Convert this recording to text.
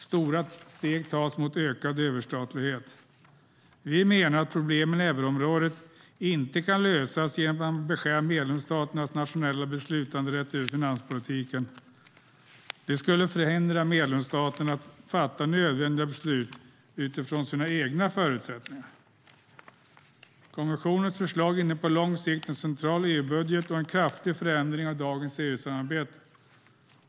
Stora steg tas mot ökad överstatlighet. Vi menar att problemen i euroområdet inte kan lösas genom att man beskär medlemsstaternas nationella beslutanderätt över finanspolitiken. Det skulle förhindra medlemsstaterna att fatta nödvändiga beslut utifrån sina egna förutsättningar. Kommissionens förslag innebär på lång sikt en central EU-budget och en kraftig förändring av dagens EU-samarbete.